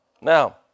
Now